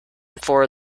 for